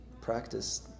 practice